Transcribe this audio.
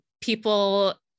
people